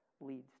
leads